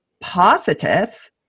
positive